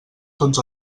tots